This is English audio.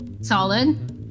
Solid